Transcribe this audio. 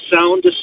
sound